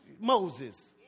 moses